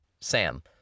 Sam